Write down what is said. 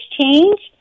changed